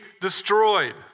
destroyed